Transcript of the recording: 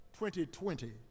2020